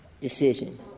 decision